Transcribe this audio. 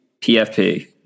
PFP